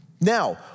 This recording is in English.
Now